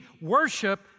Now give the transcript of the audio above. worship